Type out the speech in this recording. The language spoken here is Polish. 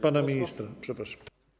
Pana ministra, przepraszam.